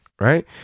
right